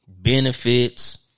benefits